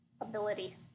ability